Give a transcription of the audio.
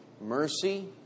Mercy